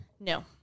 No